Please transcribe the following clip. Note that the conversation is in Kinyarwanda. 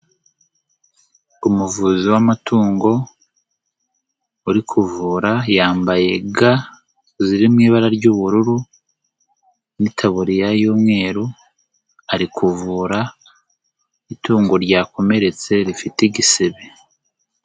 Umuvuzi w'amatungo, uri kuvura, yambaye ga ziri mu ibara ry'ubururu n'itabuririya y'umweru, ari kuvura itungo ryakomeretse, rifite igisebe.